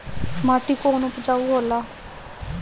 माटी कौन उपजाऊ होला?